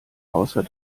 außer